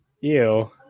Ew